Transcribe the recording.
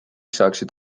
saaksid